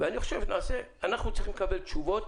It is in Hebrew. אנחנו צריכים לקבל תשובות